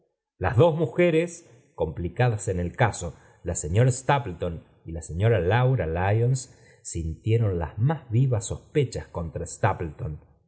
lar dos mujeres complicadas en i caro ln he ñora stnplclon y la señora laura iyons sintieron las nías vivas sospechas contra